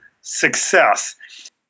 success